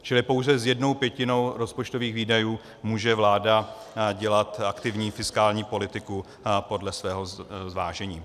Čili pouze s jednou pětinou rozpočtových výdajů může vláda dělat aktivní fiskální politiku podle svého zvážení.